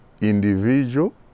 individual